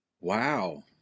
Wow